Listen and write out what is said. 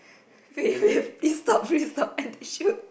wait wait please stop please stop and I should